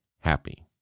happy